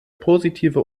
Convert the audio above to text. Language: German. positive